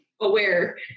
aware